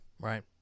Right